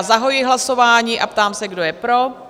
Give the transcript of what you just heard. Zahajuji hlasování a ptám se, kdo je pro?